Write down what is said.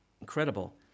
Incredible